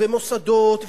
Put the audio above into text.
ומוסדות,